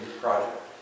Project